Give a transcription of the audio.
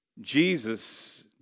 Jesus